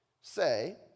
Say